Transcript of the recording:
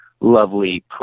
lovely